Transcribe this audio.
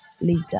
later